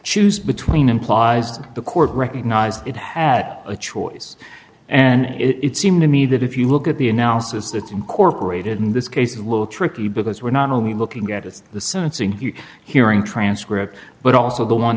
choose between implies the court recognized it had a choice and it seemed to me that if you look at the analysis that incorporated in this case a little tricky because we're not only looking at it the sensing hearing transcript but also the one